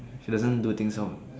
she doesn't do things lor